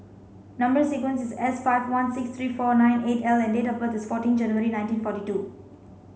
number sequence is S five one six three four nine eight L and date of birth is fourteen January nineteen forty two